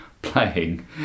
Playing